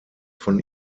von